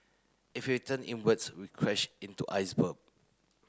if we turn inwards we'll crash into iceberg